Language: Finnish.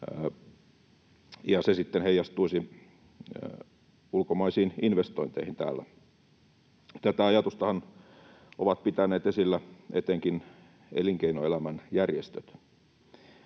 se sitten heijastuisi ulkomaisiin investointeihin täällä. Tätä ajatustahan ovat pitäneet esillä etenkin elinkeinoelämän järjestöt.